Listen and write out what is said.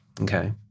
Okay